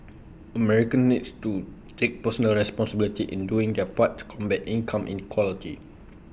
Americans needs to take personal responsibility in doing their part to combat income inequality